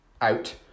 out